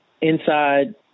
inside